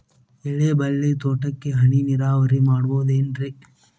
ಎಲೆಬಳ್ಳಿ ತೋಟಕ್ಕೆ ಹನಿ ನೇರಾವರಿ ಮಾಡಬಹುದೇನ್ ರಿ?